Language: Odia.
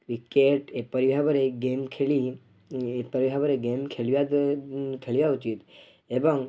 କ୍ରିକେଟ୍ ଏପରି ଭାବରେ ଗେମ୍ ଖେଳି ଏପରି ଭାବରେ ଗେମ୍ ଖେଳିବା ଖେଳିବା ଉଚିତ୍ ଏବଂ